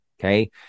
okay